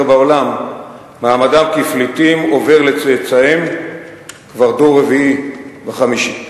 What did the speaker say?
בעולם מעמדם כפליטים עובר לצאצאיהם כבר דור רביעי וחמישי.